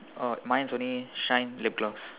oh mine is only shine lip gloss